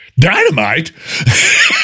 Dynamite